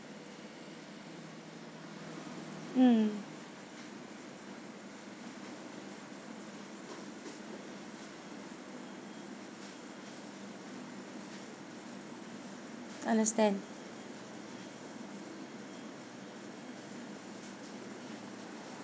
mm understand